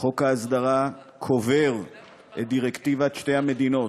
חוק ההסדרה קובר את דירקטיבת שתי המדינות,